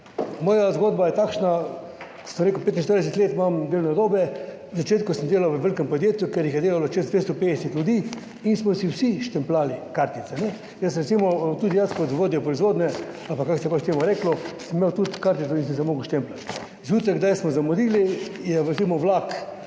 Moja zgodba je takšna, sem rekel, 45 let imam delovne dobe, v začetku sem delal v velikem podjetju, ker jih je delalo čez 250 ljudi in smo si vsi štempljali kartice, kajne. Jaz recimo, tudi jaz kot vodja proizvodnje ali pa kako se je pač temu reklo, sem imel tudi kartico in sem se moral štempljati. Zjutraj, kdaj smo zamudili, je recimo vlak,